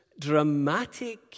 dramatic